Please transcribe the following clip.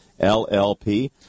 LLP